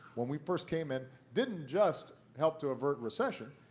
when we first came in didn't just help to avert recession.